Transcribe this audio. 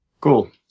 cool